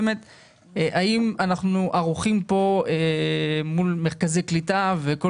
האם אנחנו ערוכים מול מרכזי קליטה וכל